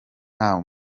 nta